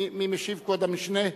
מי משיב, כבוד המשנה?